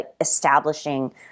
establishing